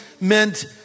meant